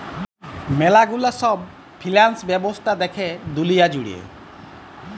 ম্যালা গুলা সব ফিন্যান্স ব্যবস্থা দ্যাখে দুলিয়া জুড়ে